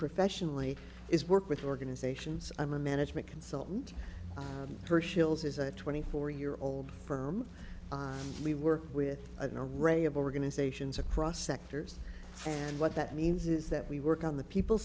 professionally is work with organizations i'm a management consultant for shills is a twenty four year old firm we work with a ray of organizations across sectors and what that means is that we work on the people